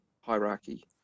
hierarchy